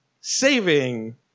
saving